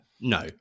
No